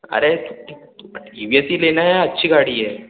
अरे T V S ही लेना है अच्छी गाड़ी है